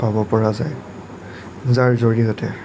ক'ব পৰা যায় যাৰ জৰিয়তে